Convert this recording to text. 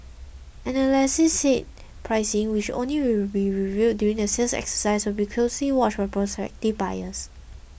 analysts said pricing which only will be revealed during the sales exercise will be closely watched by prospective buyers